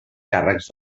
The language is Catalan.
càrrecs